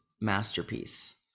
masterpiece